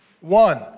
one